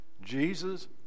Jesus